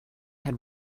had